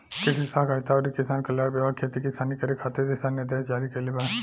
कृषि सहकारिता अउरी किसान कल्याण विभाग खेती किसानी करे खातिर दिशा निर्देश जारी कईले बा